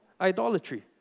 idolatry